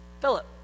Philip